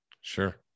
sure